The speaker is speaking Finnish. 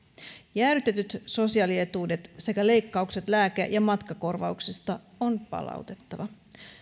jäädytetyt sosiaalietuudet sekä leikkaukset lääke ja matkakorvauksista on palautettava